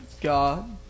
God